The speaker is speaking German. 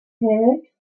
hält